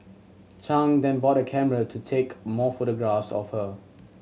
Chang then bought a camera to take more photographs of her